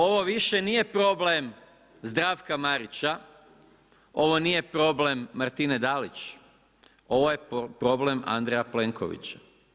Ovo više nije problem Zdravka Marića, ovo nije problem Martine Dalić, ovo je problem Andreja Plenkovića.